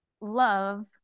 love